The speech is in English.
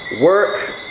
work